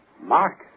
Mark